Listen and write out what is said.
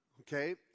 okay